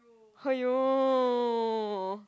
!aiyo!